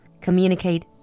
communicate